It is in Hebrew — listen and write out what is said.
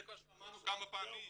זה שמענו כבר כמה פעמים.